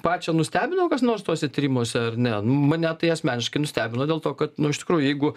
pačią nustebino kas nors tuose tyrimuose ar ne nu mane tai asmeniškai nustebino dėl to kad nu iš tikrųjų jeigu